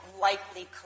likely